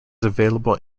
available